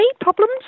problems